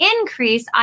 increase